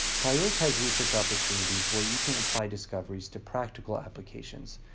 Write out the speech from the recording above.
prioritize research opportunities where you can apply discoveries to practical applications,